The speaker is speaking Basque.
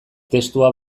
testua